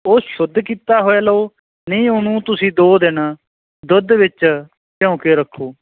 ਉਹ ਸ਼ੁੱਧ ਕੀਤਾ ਹੋਇਆ ਲਓ ਨਹੀਂ ਉਹਨੂੰ ਤੁਸੀਂ ਦੋ ਦਿਨ ਦੁੱਧ ਵਿੱਚ ਭਿਉਂ ਕੇ ਰੱਖੋ